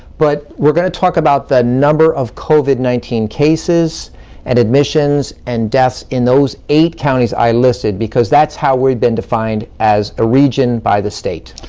but we're gonna talk about the number of covid nineteen cases and admissions and deaths in those eight counties i listed, because that's how we've been defined as a region by the state.